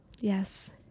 yes